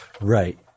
right